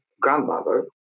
grandmother